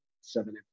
seven